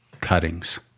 cuttings